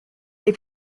they